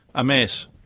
a mess.